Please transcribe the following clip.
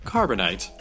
Carbonite